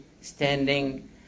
standing